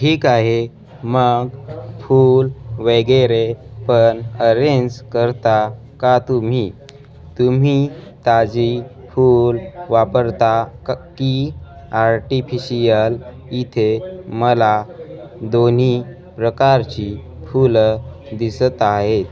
ठीक आहे मग फूल वगैरे पण अरेंज करता का तुम्ही तुम्ही ताजी फूल वापरता क की आर्टिफिशियल इथे मला दोन्ही प्रकारची फुलं दिसत आहेत